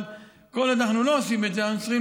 אבל כל עוד אנחנו לא עושים את זה אנחנו צריכים